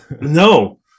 No